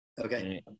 Okay